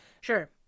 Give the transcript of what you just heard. Sure